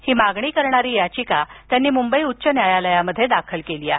ही मागणी करणारी याचिका त्यांनी मुंबई उच्च न्यायालयात दाखल केली आहे